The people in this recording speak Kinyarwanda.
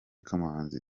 kamanzi